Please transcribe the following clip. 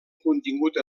contingut